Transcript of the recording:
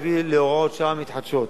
להביא להוראות שעה מתחדשות.